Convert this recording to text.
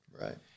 Right